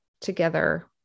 together